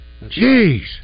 Jeez